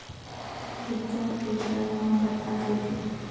Eicher tractor म कतका छूट हे?